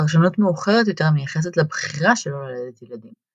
פרשנות מאוחרת יותר מייחסת לה בחירה שלא ללדת ילדים,